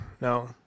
No